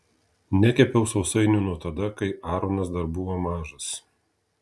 nekepiau sausainių nuo tada kai aronas dar buvo mažas